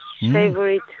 favorite